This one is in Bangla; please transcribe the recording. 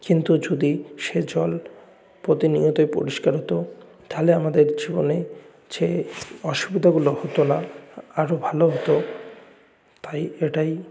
কিন্তু যদি সে জল প্রতিনিয়তই পরিষ্কার হতো তাহলে আমাদের জলে যে অসুবিধাগুলো হতো না আরও ভালো হতো তাই এটাই